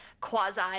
quasi